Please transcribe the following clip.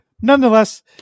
nonetheless